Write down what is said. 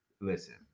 listen